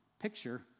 picture